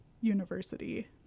university